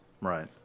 Right